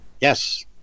Yes